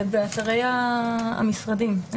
באתרי המשרדים.